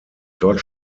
dort